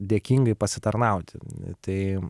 dėkingai pasitarnauti tai